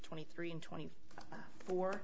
twenty three and twenty four